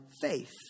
faith